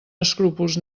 escrúpols